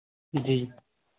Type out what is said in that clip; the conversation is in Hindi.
जी